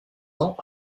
ans